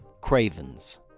Cravens